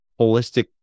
holistic